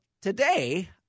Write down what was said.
today